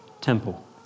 temple